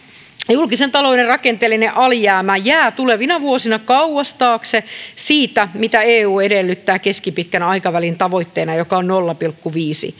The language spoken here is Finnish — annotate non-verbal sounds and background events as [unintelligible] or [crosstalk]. julkisen talouden rakenteellinen alijäämä jää tulevina vuosina kauas sen taakse mitä eu edellyttää keskipitkän aikavälin tavoitteena joka on nolla pilkku viisi [unintelligible]